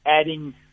adding